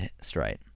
straight